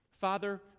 Father